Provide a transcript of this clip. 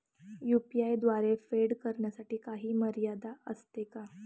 UPI द्वारे फेड करण्यासाठी काही मर्यादा असते का?